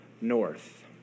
north